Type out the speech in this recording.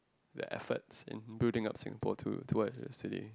their efforts in building up Singapore to to city